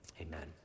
Amen